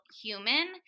human